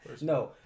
No